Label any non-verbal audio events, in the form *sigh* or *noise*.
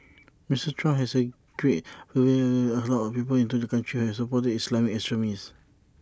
Mister Trump has argued *unintelligible* allowed people into the country have supported Islamic extremists